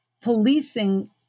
Policing